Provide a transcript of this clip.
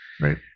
Right